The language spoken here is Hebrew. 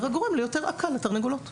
זה רק גורם ליותר עקה לתרנגולות.